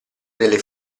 delle